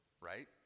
right